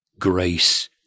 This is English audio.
grace